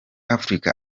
africa